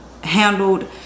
handled